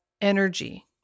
energy